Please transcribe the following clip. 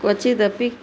क्वचिदपि